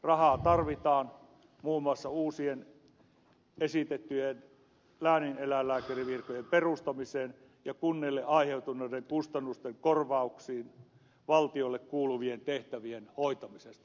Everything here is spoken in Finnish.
rahaa tarvitaan muun muassa uusien esitettyjen läänineläinlääkärivirkojen perustamiseen ja kunnille aiheutuneiden kustannusten korvauksiin valtiolle kuuluvien tehtävien hoitamisesta